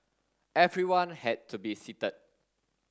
everyone had to be seated